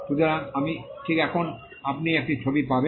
সুতরাং আমি ঠিক এখন আপনি একটি ছবি পাবেন